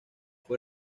fue